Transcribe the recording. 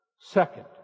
Second